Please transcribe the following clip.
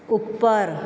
ऊपर